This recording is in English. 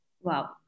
Wow